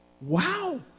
wow